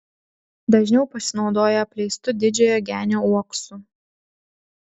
dažniau pasinaudoja apleistu didžiojo genio uoksu